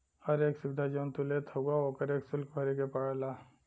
हर एक सुविधा जौन तू लेत हउवा ओकर एक सुल्क भरे के पड़ला